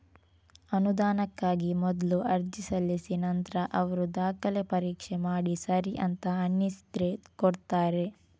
ಅನುದಾನಕ್ಕಾಗಿ ಮೊದ್ಲು ಅರ್ಜಿ ಸಲ್ಲಿಸಿ ನಂತ್ರ ಅವ್ರು ದಾಖಲೆ ಪರೀಕ್ಷೆ ಮಾಡಿ ಸರಿ ಅಂತ ಅನ್ಸಿದ್ರೆ ಕೊಡ್ತಾರೆ